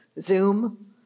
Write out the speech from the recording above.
Zoom